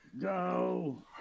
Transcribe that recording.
go